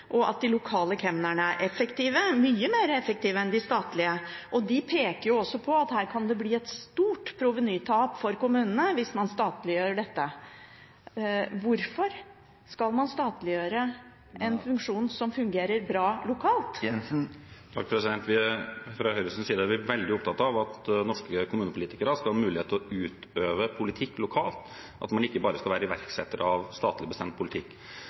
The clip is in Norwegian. og at de lokale kemnerne er mye mer effektive enn de statlige. De peker også på at det kan bli et stort provenytap for kommunene hvis man statliggjør dette. Hvorfor skal man statliggjøre en funksjon som fungerer bra lokalt? Fra Høyres side er vi veldig opptatt av at norske kommunepolitikere skal ha mulighet til å utøve politikk lokalt, at man ikke bare skal være iverksettere av statlig bestemt politikk.